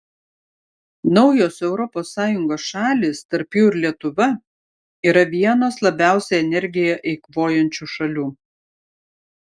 naujos europos sąjungos šalys tarp jų ir lietuva yra vienos labiausiai energiją eikvojančių šalių